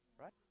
right